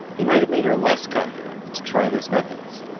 he might have made her less confident to try those methods